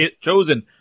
chosen